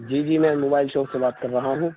جی جی میں mobile shop سے بات کر رہا ہوں